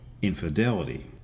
infidelity